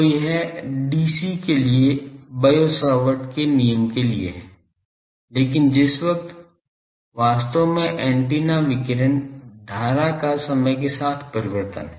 तो यह dc के लिए बायो सावर्त के नियम के लिए है लेकिन किस वक्त वास्तव में एंटेना विकिरण धारा का समय के साथ परिवर्तन है